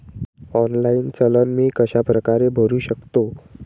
Online चलन मी कशाप्रकारे भरु शकतो?